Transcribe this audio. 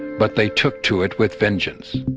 but they took to it with vengeance